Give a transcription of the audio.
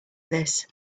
this